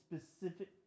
specific